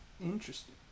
Interesting